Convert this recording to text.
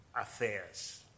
affairs